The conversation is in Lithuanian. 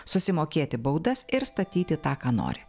susimokėti baudas ir statyti tą ką nori